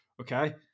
okay